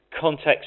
context